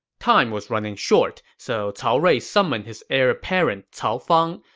time was running short, so cao rui summoned his heir apparent, cao fang,